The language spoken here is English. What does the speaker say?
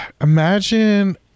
imagine